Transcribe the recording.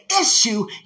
issue